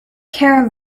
care